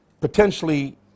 potentially